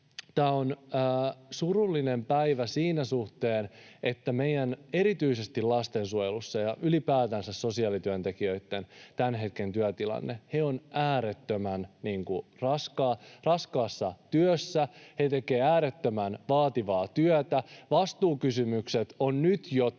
tämä on surullinen päivä sen suhteen, että erityisesti lastensuojelussa ja ylipäätänsä sosiaalityöntekijöitten tämän hetken työtilanne... He ovat äärettömän raskaassa työssä, he tekevät äärettömän vaativaa työtä, vastuukysymykset ovat nyt jo tapetilla,